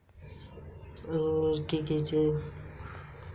phone पे app को mobile में गूगल प्ले स्टोर से डाउनलोड कीजिए